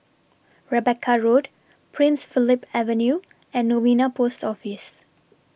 Rebecca Road Prince Philip Avenue and Novena Post Office